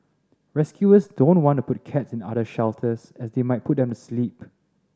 rescuers don't want to put cats in other shelters as they might put them to sleep